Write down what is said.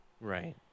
Right